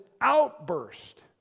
outburst